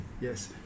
Yes